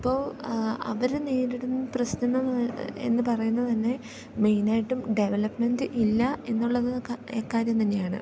അപ്പോൾ അവർ നേരിടുന്ന പ്രശ്നം എന്ന് എന്നു പറയുന്നതുതന്നെ മെയിനായിട്ടും ഡെവലപ്മെൻ്റ് ഇല്ല എന്നുള്ളത് കാര്യം തന്നെയാണ്